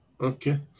Okay